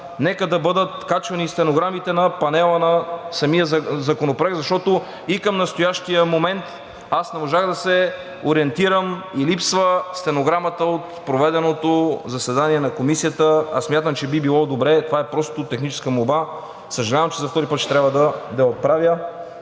нека да бъдат качвани стенограмите на панела на самия законопроект, защото и към настоящия момент аз не можах да се ориентирам и липсва стенограмата от проведеното заседание на Комисията, а смятам, че би било добре – това е просто техническа молба, съжалявам, че за втори път трябва да я отправям,